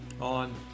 on